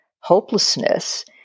hopelessness